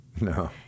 No